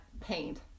paint